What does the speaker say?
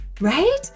right